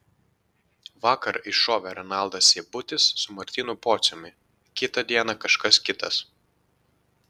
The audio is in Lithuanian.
vakar iššovė renaldas seibutis su martynu pociumi kitą dieną kažkas kitas